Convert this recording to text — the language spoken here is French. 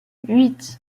huit